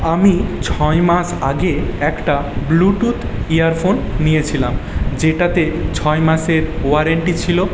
আমি ছয় মাস আগে একটা ব্লুটুথ ইয়ারফোন নিয়েছিলাম যেটাতে ছয় মাসের ওয়ারান্টি ছিল